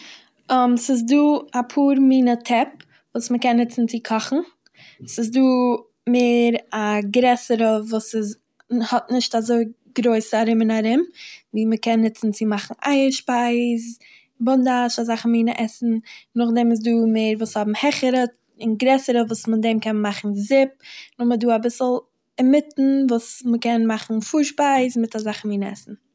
ס'איז דא אפאר מינע טעפ וואס מ'קען נוצן צו קאכן, ס'איז דא מער א גרעסערע וואס איז- האט נישט אזוי גרויס ארום און ארום ווי מ'קען נוצן צו מאכן אייער שפייז, באנדאש, אזאלכע מינע עסן, נאכדעם איז דא מער וואס האבן העכערע און גרעסערע וואס מיט דעם קען מען מאכן זופ, נאכדעם איז דא אביסל אינמיטן וואס מ'קען מאכן פארשפייז מיט אזאלכע מינע עסן.